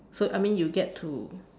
so I mean you get to